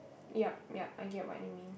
yep yep I get what you mean